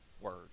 word